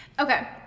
Okay